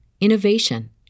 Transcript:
innovation